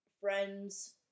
friends